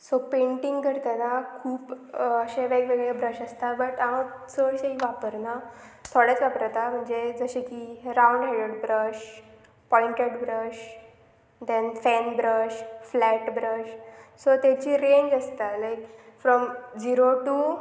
so painting करतना खूब अशे वेगवेगळे ब्रश आसता बट हांव चडशे वापरना थोडेच वापरता म्हणजे जशे की round headed brush pointed brush then fan brush flat brush so तेची रेंज आसता लायक फ्रोम झिरो टू